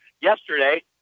yesterday